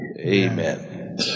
Amen